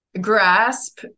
grasp